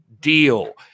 deal